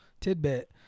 tidbit